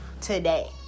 today